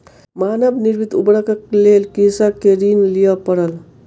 मानव निर्मित उर्वरकक लेल कृषक के ऋण लिअ पड़ल